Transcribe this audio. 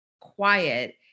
quiet